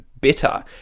bitter